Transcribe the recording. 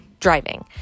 driving